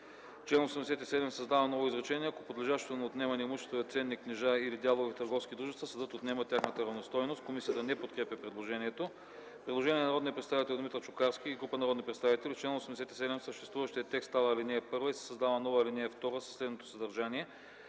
чл. 87 се създава ново изречение: „Ако подлежащото на отнемане имущество е ценни книжа или дялове в търговски дружества, съдът отнема тяхната равностойност.” Комисията не подкрепя предложението. Предложение от народния представител Димитър Чукарски и група народни представители – в чл. 87 съществуващият текст става ал. 1 и се създава нова ал. 2 със следното съдържание: